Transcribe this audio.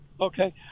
Okay